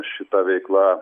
šita veikla